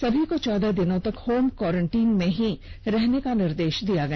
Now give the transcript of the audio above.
सभी को चौदह दिनों तक होम क्वारंटीन में रहने के निर्देश भी दिया गया